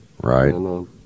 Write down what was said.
Right